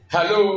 Hello